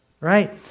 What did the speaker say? Right